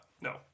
No